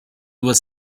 was